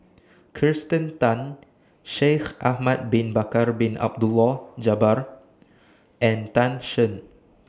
Kirsten Tan Shaikh Ahmad Bin Bakar Bin Abdullah Jabbar and Tan Shen